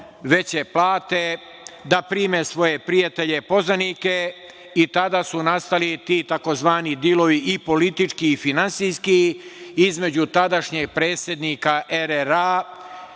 veće plate, da prime svoje prijatelje poznanike i tada su nastali ti tzv. dilovi i politički i finansijski između tadašnjeg predsednika RRA,